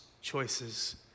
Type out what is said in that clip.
choices